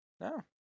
No